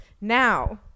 now